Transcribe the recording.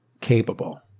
capable